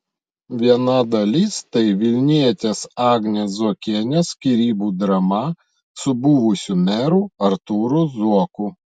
viena dalis tai vilnietės agnės zuokienės skyrybų drama su buvusiu meru artūru zuoku